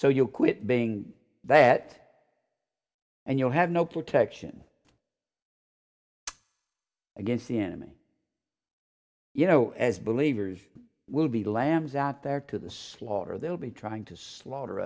so you quit being that and you'll have no protection against the enemy you know as believers will be lambs out there to the slaughter they will be trying to slaughter